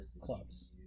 clubs